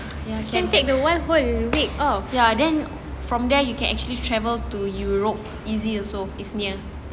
ya can can ya then from there you can actually travel to europe easier so it's near